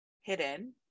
hidden